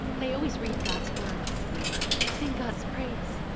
they always read god's words and sing god's praise.